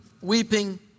weeping